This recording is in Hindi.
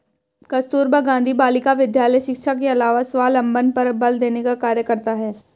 कस्तूरबा गाँधी बालिका विद्यालय शिक्षा के अलावा स्वावलम्बन पर बल देने का कार्य करता है